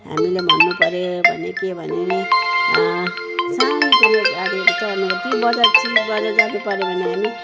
हामीले भन्नुपऱ्यो भने के भने शान्तिले